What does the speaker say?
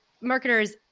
marketers